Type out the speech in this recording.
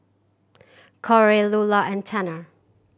Korey Lula and Tanner